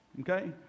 okay